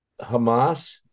Hamas